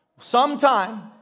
Sometime